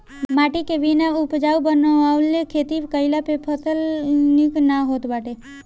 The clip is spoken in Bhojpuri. माटी के बिना उपजाऊ बनवले खेती कईला पे फसल निक ना होत बाटे